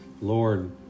Lord